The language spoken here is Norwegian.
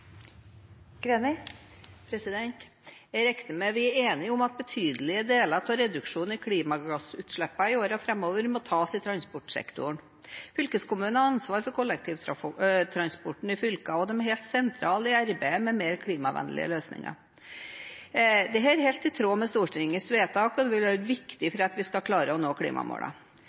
enige om at betydelige deler av reduksjonen i klimagassutslippene i årene framover må tas i transportsektoren. Fylkeskommunene har ansvar for kollektivtransporten i fylkene, og de er helt sentrale i arbeidet med mer klimavennlige løsninger. Det er helt i tråd med Stortingets vedtak, og det vil være viktig for at vi skal klare å nå